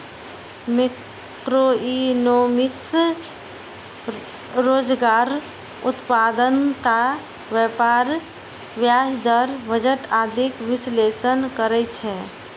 macroeconomics रोजगार, उत्पादकता, व्यापार, ब्याज दर, बजट आदिक विश्लेषण करै छै